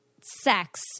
sex